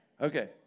Okay